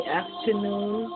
afternoon